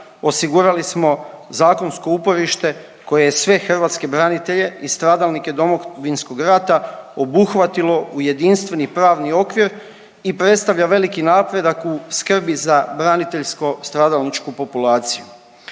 osigurali smo zakonsko uporište koje je sve hrvatske branitelje i stradalnike Domovinskog rata obuhvatilo u jedinstveni pravni okvir i predstavlja veliki napredak u skrbi za braniteljsko stradalničku populaciju.